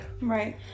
right